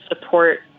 support